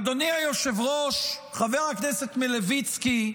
אדוני היושב-ראש חבר הכנסת מלביצקי,